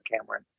Cameron